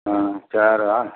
ஆ சேரா